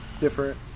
different